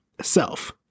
self